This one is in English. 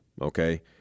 okay